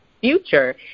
future